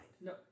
No